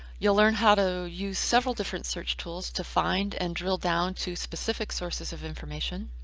you'll learn how to use several different search tools to find and drill down to specific sources of information.